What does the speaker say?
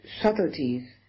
subtleties